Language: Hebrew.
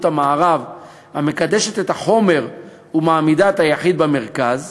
המערב המקדשת את החומר ומעמידה את היחיד במרכז,